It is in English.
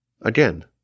again